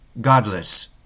godless